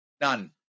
None